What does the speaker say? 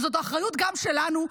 וזאת האחריות גם שלנו,